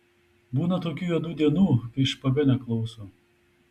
būna tokių juodų dienų kai špaga neklauso